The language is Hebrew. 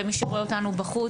ומי שרואה אותנו בחוץ,